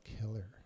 killer